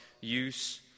use